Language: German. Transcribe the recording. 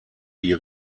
die